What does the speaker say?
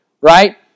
right